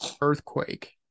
earthquake